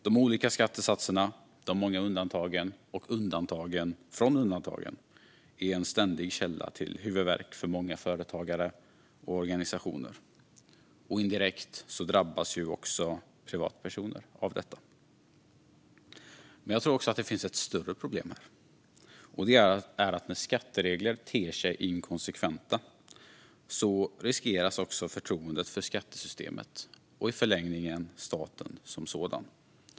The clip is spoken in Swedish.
De olika skattesatserna, de många undantagen och undantagen från undantagen är en ständig källa till huvudvärk för många företagare och organisationer. Indirekt drabbas såklart också privatpersoner av detta. Men jag tror att det finns ett större problem här, och det är att när skatteregler ter sig inkonsekventa riskeras förtroendet för skattesystemet och i förlängningen för staten som sådan.